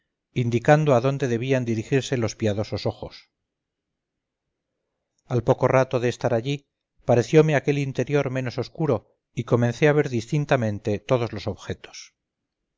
indicando a dónde debían dirigirse los piadosos ojos al poco rato de estar allí pareciome aquel interior menos oscuro y comencé a ver distintamente todos los objetos